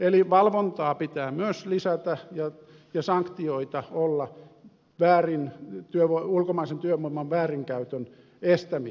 eli valvontaa pitää myös lisätä ja sanktioita olla ulkomaisen työvoiman väärinkäytön estämiseksi